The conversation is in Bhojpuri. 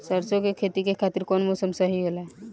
सरसो के खेती के खातिर कवन मौसम सही होला?